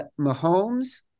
Mahomes